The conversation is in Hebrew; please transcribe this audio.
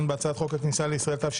בהצעת חוק הכניסה לישראל (תיקון מס' 34),